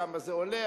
כמה זה עולה,